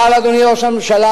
אבל, אדוני ראש הממשלה,